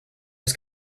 was